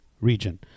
region